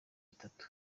bitatu